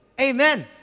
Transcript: Amen